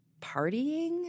partying